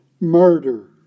murder